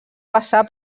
passar